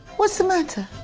what's the matter?